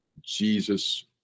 Jesus